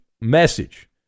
message